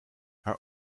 haar